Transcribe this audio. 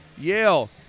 Yale